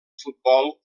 futbol